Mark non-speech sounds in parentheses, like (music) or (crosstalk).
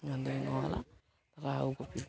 (unintelligible)